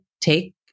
take